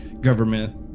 government